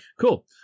Cool